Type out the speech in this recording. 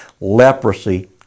leprosy